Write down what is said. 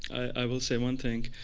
i will say one thing.